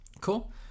Cool